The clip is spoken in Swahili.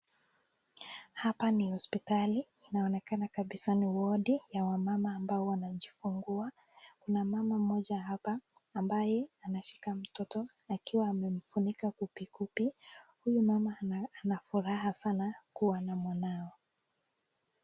Hapa ni hospitali, inaonekana kabisa ni wadi ya wamama ambao wanajifungua, Kuna mama Mmoja hapa ambaye anamshika mtoto akiwa amefunika kubikubi, huyu mama ana furaha sanaa kuwa na mwanao.